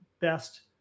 best